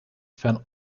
van